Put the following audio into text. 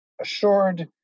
assured